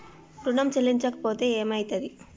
ఋణం చెల్లించకపోతే ఏమయితది?